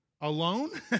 alone